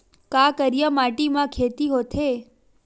का करिया माटी म खेती होथे?